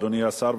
אדוני השר,